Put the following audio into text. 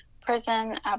Prison